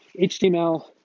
HTML